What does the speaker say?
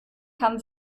kann